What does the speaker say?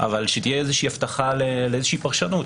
אבל שתהיה איזה הבטחה לאיזה פרשנות,